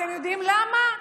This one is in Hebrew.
אתם יודעים למה?